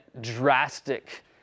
drastic